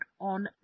on